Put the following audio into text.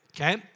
Okay